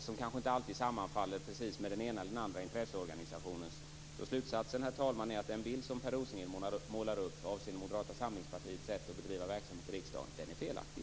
Den kanske inte alltid sammanfaller med den ena eller andra intresseorganisationens uppfattning. Slutsatsen, herr talman, är att den bild som Per Rosengren målar upp avseende Moderata samlingspartiets sätt att bedriva verksamhet i riksdagen är felaktig.